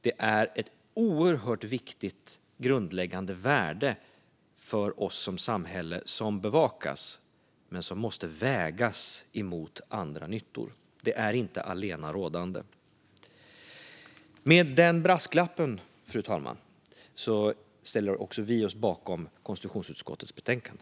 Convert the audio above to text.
Det är ett oerhört viktigt grundläggande värde för oss som samhälle som bevakas men som måste vägas mot andra nyttor. Det är inte allenarådande. Med den brasklappen, fru talman, ställer även vi oss bakom konstitutionsutskottets betänkande.